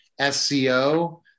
SEO